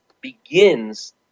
begins